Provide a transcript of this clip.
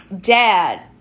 dad